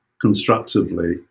constructively